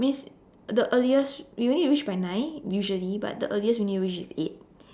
means the earliest we need to reach by nine usually but the earliest we need to reach is eight